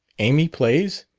amy plays?